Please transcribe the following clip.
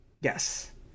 yes